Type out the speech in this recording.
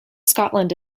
scotland